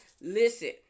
Listen